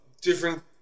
different